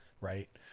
right